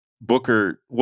Booker –